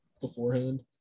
beforehand